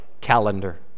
calendar